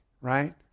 right